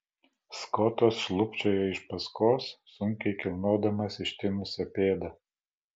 skotas šlubčioja iš paskos sunkiai kilnodamas ištinusią pėdą